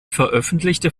veröffentlichte